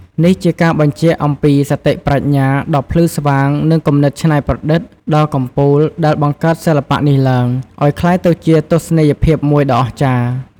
នេះជាការបញ្ជាក់អំពីសតិប្រាជ្ញាដ៏ភ្លឺស្វាង និងគំនិតច្នៃប្រឌិតដ៏កំពូល ដែលបង្កើតសិល្បៈនេះឡើង ឲ្យក្លាយទៅជាទស្សនីយភាពមួយដ៏អស្ចារ្យ ។